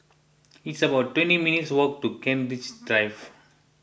it's about twenty minutes' walk to Kent Ridge Drive